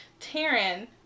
Taryn